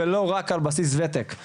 ולא רק על בסיס ותק.